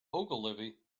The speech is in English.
ogilvy